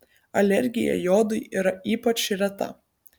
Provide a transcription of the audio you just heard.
alergija jodui yra ypač reta